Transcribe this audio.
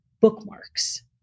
bookmarks